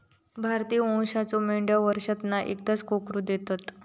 भारतीय वंशाच्यो मेंढयो वर्षांतना एकदाच कोकरू देतत